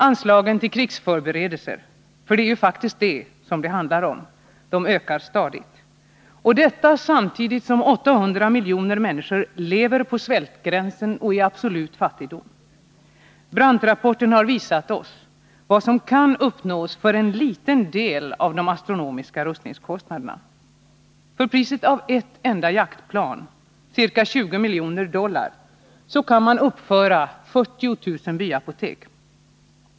Anslagen till krigsförberedelser — för det är faktiskt det det handlar om — ökar stadigt, samtidigt som 800 miljoner människor lever på svältgränsen och i absolut fattigdom. Brandtrapporten har visat oss vad som kan uppnås för en liten del av de astronomiska rustningskostnaderna. För priset av ett enda jaktplan, ca 20 miljoner dollar, kan man uppföra 40 000 byapotek.